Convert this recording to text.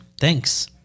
Thanks